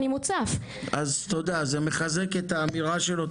זה מחזק את האמירה שלו.